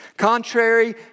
Contrary